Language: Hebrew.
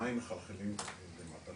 המים מחלחלים למטה,